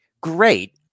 great